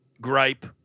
gripe